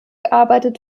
arbeitet